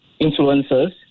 influencers